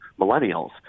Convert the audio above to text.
millennials